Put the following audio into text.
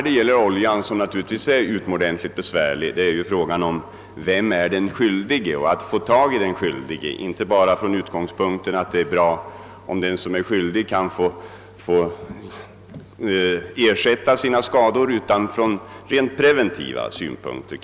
Det är naturligtvis utomordentligt besvärligt att utreda vem som är skyldig till oljeutsläppen, men detta är nödvändigt inte bara för att få ersättningsskyldigheten klarlagd utan även från rent preventiva synpunkter.